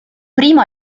primo